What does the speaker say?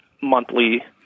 monthly